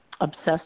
Obsessed